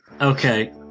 Okay